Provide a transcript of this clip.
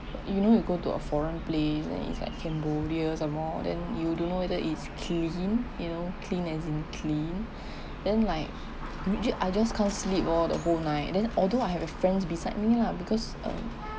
you know you go to a foreign place and then it's like cambodia some more than you don't know whether is clean you know clean as in clean then like me~ ju~ I just can't sleep oh the whole night then although I have a friend beside me lah because um